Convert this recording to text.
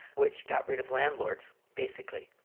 which got rid of landlords basically.